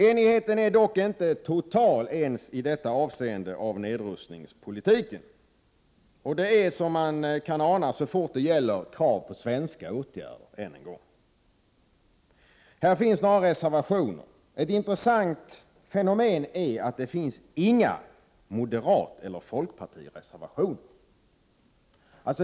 Enigheten är dock inte total ens i detta avseende när det gäller nedrustningspolitiken — som man kan ana, så fort det gäller krav på svenska åtgärder. Här finns några reservationer. Ett intressant fenomen är att det inte finns några moderata eller folkpartistiska reservationer.